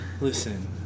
Listen